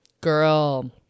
Girl